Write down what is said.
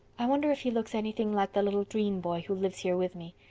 i wonder if he looks anything like the little dream-boy who lives here with me.